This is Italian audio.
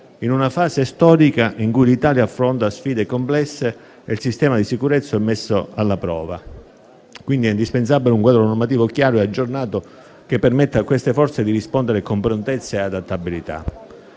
In una fase storica in cui l'Italia affronta sfide complesse e il sistema di sicurezza è messo alla prova, è indispensabile un quadro normativo chiaro e aggiornato che permetta a queste Forze di rispondere con prontezza e adattabilità.